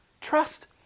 Trust